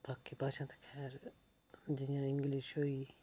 बाकी भाशा ते खैर जि'यां इंग्लिश होई